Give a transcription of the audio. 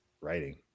writing